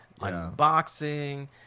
unboxing